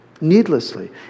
needlessly